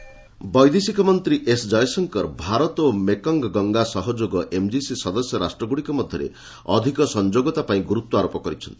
Jaishankar M G C ବୈଦେଶିକ ମନ୍ତ୍ରୀ S Jaishankar Bharat ଓ ମେକଙ୍ଗ୍ ଗଙ୍ଗା ସହଯୋଗ ଏମ୍ଜିସି ସଦସ୍ୟ ରାଷ୍ଟ୍ରଗୁଡ଼ିକ ମଧ୍ୟରେ ଅଧିକ ସଂଯୋଗତା ପାଇଁ ଗୁର୍ତ୍ୱାରୋପ କରିଛନ୍ତି